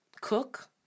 cook